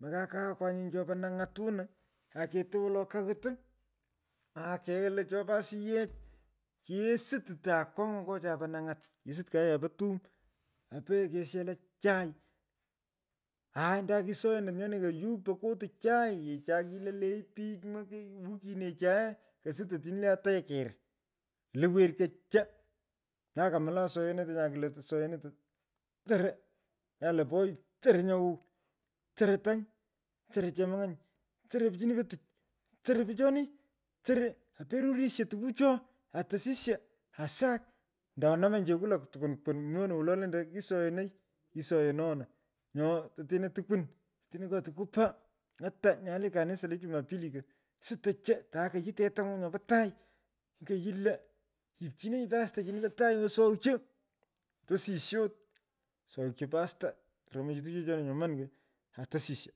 Moka kaghaakwa chopo nany’atuni aketo wolo kaghit akelo chopo asiyech kesituto akong’a nyo chapo nang’at kesut kayaa po tum. Kopa yee keshela chai aai andan kisoyonot nyoni koyup pokotu chai checha kilelei pich wikinechai. kosut atini lee ateker. Luu werko cho. andan komla asoyonoto akilutu asoyonoto. soroo. kalo poyo soroo nyo wow. soro tany. soro pichoni. soro aperurisho tukuche. aa tosisyo. asak. ndo namanyi cheku lo chukwunkwun. mii ono wolo lendei lo kisoyonoi. kisoyono ono. Nyoo tetene tukwon. toteno nyo tukwu pa. ata nyae le kanisa ke chumapili ko. sitoy cho atae koyii tetang’u nyopo tai. nyini ko yii lo. yipchinonyi pasta chini po tai wo soychi. tosisyot. soychi pasta. koromochiyo chechoni nyaman ko. atosisyo.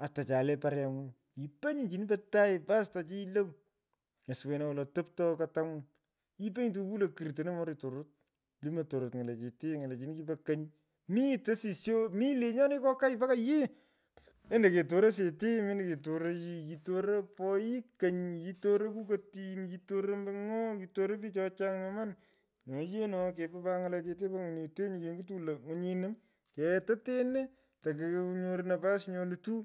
Ata chalee pareny’o yiponyi chini po tai pasta chi yilaw. tesuwena wolo topto katamg’u. yipenyi tukukuu tono mori tororot. limei tororot ng’alechete ng’alechini kipo kony. mi tosisyo mi lenyoni kokai mpake yee. endo ketor asate. Mendo ketor ayii. kitoro poyi kony. kitoro kukatin. kitoro ombo ng’o kitoro pich cho chony nyoman. nyo yee no. kepo pat ng’alechete po ngwnyinetenyi kenyuto lo. ngwanyini ketoteno toku nyoru nafasi nyo lutu.